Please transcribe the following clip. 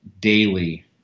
daily